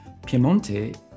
Piemonte